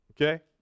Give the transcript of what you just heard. Okay